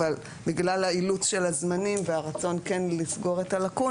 אבל בגלל האילוץ של הזמנים והרצון כן לסגור את הלקונה,